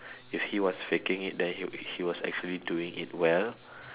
if he was faking it then he he was actually doing it well